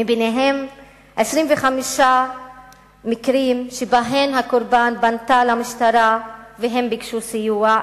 ביניהם 25 מקרים שבהם הקורבנות פנו למשטרה וביקשו סיוע,